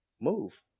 move